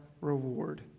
reward